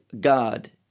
God